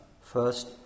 first